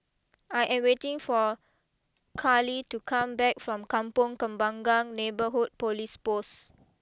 I am waiting for Carlie to come back from Kampong Kembangan Neighbourhood police post